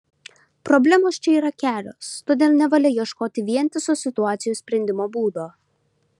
problemos čia yra kelios todėl nevalia ieškoti vientiso situacijos sprendimo būdo